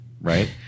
right